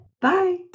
Bye